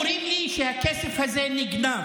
אנשים אומרים לי שהכסף הזה נגנב.